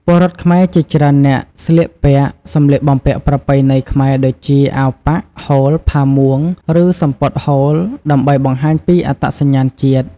ពលរដ្ឋខ្មែរជាច្រើននាក់ស្លៀកពាក់ សំលៀកបំពាក់ប្រពៃណីខ្មែរដូចជាអាវប៉ាក់ ហូល ផាមួង ឬសំពត់ហូល ដើម្បីបង្ហាញពីអត្តសញ្ញាណជាតិ។